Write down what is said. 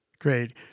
Great